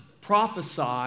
prophesy